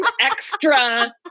extra